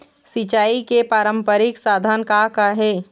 सिचाई के पारंपरिक साधन का का हे?